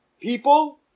People